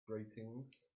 greetings